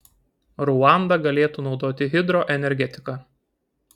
ruanda galėtų naudoti hidroenergetiką